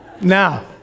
Now